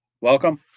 Welcome